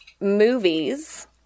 movies